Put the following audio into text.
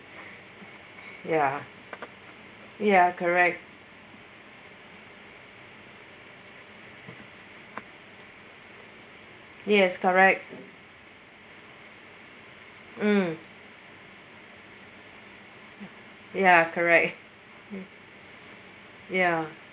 ya ya correct yes correct mm ya correct ya